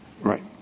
right